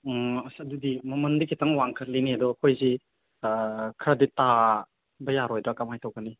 ꯑꯁ ꯑꯗꯨꯗꯤ ꯃꯃꯜꯗꯤ ꯈꯤꯇꯪ ꯋꯥꯡꯈꯠꯂꯤꯅꯦ ꯑꯗꯣ ꯑꯩꯈꯣꯏꯁꯤ ꯈꯔꯗꯤ ꯇꯥꯕ ꯌꯥꯔꯣꯏꯗ꯭ꯔꯥ ꯀꯃꯥꯏꯅ ꯇꯧꯒꯅꯤ